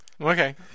Okay